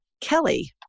Kelly